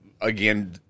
again